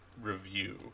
review